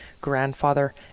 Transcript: grandfather